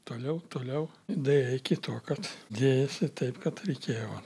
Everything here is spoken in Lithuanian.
toliau toliau daėjo iki to kad dėjosi taip kad reikėjo